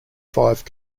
five